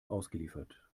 ausgeliefert